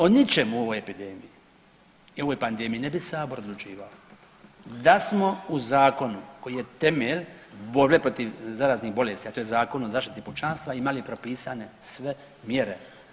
O ničemu u ovoj epidemiji i o ovoj pandemiji ne bi sabor odlučivao da smo u zakonu koji je temelj borbe protiv zaraznih bolesti, a to je Zakon o zaštiti pučanstva imali propisane sve mjere.